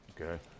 okay